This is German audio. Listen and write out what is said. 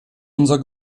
unser